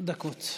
חמש דקות.